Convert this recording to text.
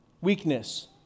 weakness